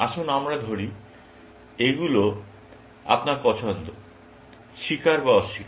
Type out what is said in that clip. আসুন আমরা ধরি এগুলো আপনার পছন্দ স্বীকার বা অস্বীকার